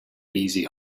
easy